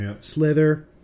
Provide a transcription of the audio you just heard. Slither